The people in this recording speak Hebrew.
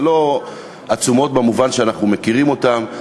זה לא עצומות במובן שאנחנו מכירים אותן,